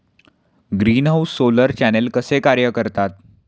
Greenhouse solar channel कसे कार्य करतात?